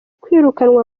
kwirukanwa